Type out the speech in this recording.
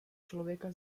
člověka